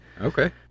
okay